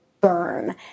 burn